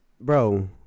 Bro